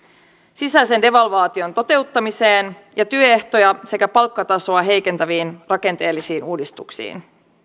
sisäisen devalvaation toteuttamiseen ja työehtoja sekä palkkatasoa heikentäviin rakenteellisiin uudistuksiin